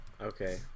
Okay